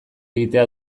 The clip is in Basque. egitea